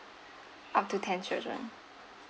up to ten children